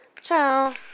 Ciao